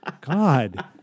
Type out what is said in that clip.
God